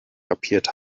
kapiert